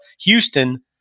Houston